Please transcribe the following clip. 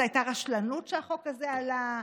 זו הייתה רשלנות שהחוק הזה עלה,